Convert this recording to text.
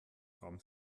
haben